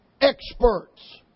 experts